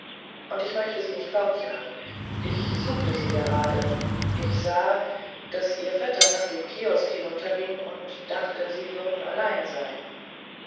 und ich möchte sie nicht fortjagen ich suchte sie gerade ich sah daß ihr vetter nach dem kiosk hinunterging und dachte sie würden allein sein